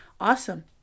Awesome